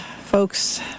folks